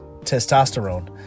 Testosterone